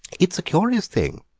it is a curious thing,